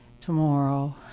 tomorrow